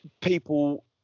people